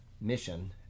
mission